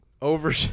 Over